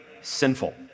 sinful